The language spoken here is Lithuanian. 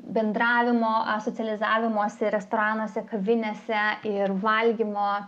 bendravimo socializavimosi restoranuose kavinėse ir valgymo